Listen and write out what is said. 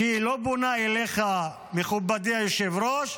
כשהיא לא פונה אליך במכובדי היושב-ראש,